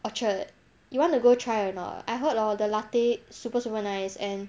orchard you want to go try or not I heard hor the latte super super nice and